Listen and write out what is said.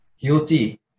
guilty